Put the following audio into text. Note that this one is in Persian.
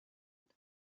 بودم